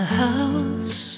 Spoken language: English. house